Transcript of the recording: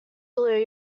glue